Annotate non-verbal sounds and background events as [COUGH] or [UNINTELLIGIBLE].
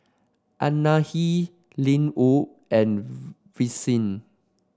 Anahi Linwood and [UNINTELLIGIBLE] Vicie